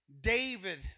David